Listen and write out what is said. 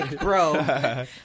bro